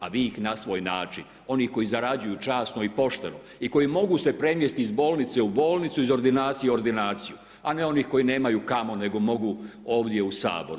A vi ih na svoj način, oni koji zarađuju časno i pošteno i koju mogu se premjestiti iz bolnice u bolnicu, iz ordinacije u ordinaciju, a ne onih koji nemaju kamo, nego mogu ovdje u Sabor.